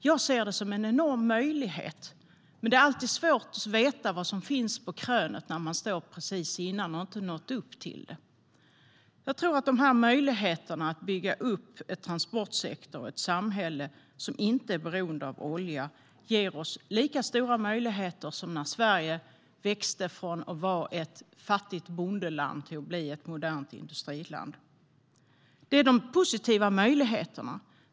Jag ser det som en enorm möjlighet, men det är alltid svårt att veta vad som finns på krönet när man står där precis innan man har nått upp till det. Jag tror att möjligheterna att bygga upp en transportsektor och ett samhälle som inte är beroende av olja ger oss lika stora möjligheter som när Sverige växte från att vara ett fattigt bondeland till att bli ett modernt industriland. Det är de positiva möjligheterna.